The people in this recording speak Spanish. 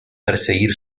perseguir